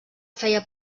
feia